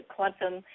Quantum